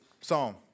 psalm